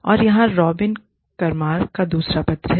औरयहां Robin Karmar का दूसरा पत्र है